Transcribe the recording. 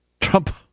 Trump